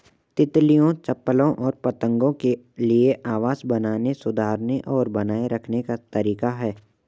तितलियों, चप्पलों और पतंगों के लिए आवास बनाने, सुधारने और बनाए रखने का तरीका है